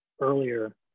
earlier